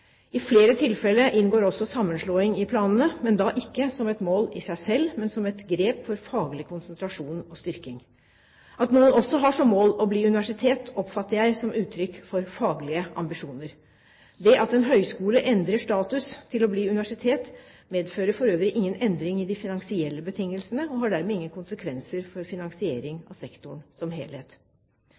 I flere tilfeller inngår også sammenslåing i planene – ikke som et mål i seg selv, men som et grep for faglig konsentrasjon og styrking. At noen også har som mål å bli universitet, oppfatter jeg som uttrykk for faglige ambisjoner. Det at en høyskole endrer status til å bli universitet, medfører ingen endring i de finansielle betingelsene og har dermed ingen konsekvenser for finansiering av sektoren som helhet.